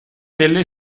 delle